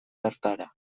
bertara